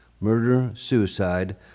murder-suicide